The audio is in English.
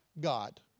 God